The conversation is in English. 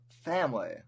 family